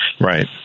Right